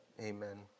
Amen